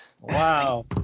Wow